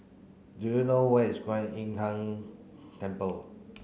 do you know where is Kwan Im Tng Temple